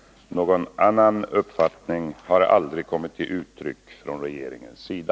Någon annan uppfattning har aldrig kommit till uttryck från regeringens sida.